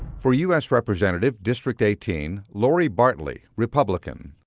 for u s representative, district eighteen, lori bartley, republican.